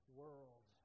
world